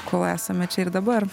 kol esame čia ir dabar